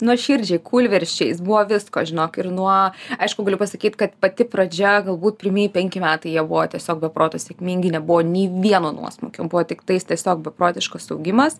nuoširdžiai kūlversčiais buvo visko žinok ir nuo aišku galiu pasakyti kad pati pradžia galbūt pirmieji penki metai jie buvo tiesiog be proto sėkmingi nebuvo nei vieno nuosmukio buvo tiktais tiesiog beprotiškas augimas